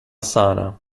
sana